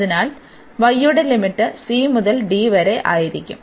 അതിനാൽ y യുടെ limit c മുതൽ d വരെ ആയിരിക്കും